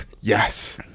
Yes